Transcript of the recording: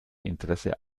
interesse